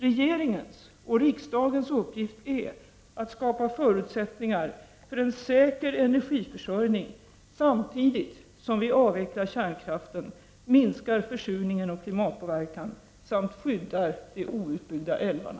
Regeringens och riksdagens uppgift är att skapa förutsättningar för en säker energiförsörjning samtidigt som vi avvecklar kärnkraften, minskar försurningen och klimatpåverkan samt skyddar de outbyggda älvarna.